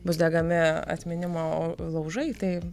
bus degami atminimo laužai tai